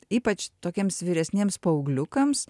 ypač tokiems vyresniems paaugliukams